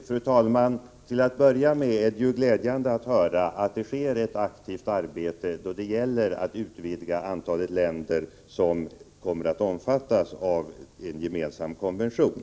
Fru talman! Till att börja med är det glädjande att höra att det sker ett aktivt arbete då det gäller att utvidga antalet länder som kommer att omfattas av en gemensam konvention.